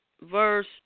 verse